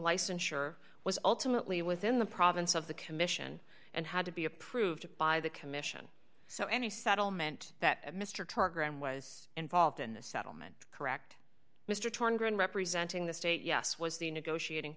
licensure was ultimately within the province of the commission and had to be approved by the commission so any settlement that mr targaryen was involved in the settlement correct mr representing the state yes was the negotiating